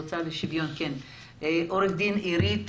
עורכת-דין עירית